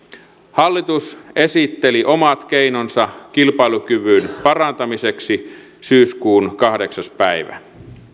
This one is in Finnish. hallitus esitteli omat keinonsa kilpailukyvyn parantamiseksi syyskuun kahdeksas päivä